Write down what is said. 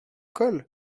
cols